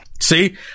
See